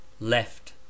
Left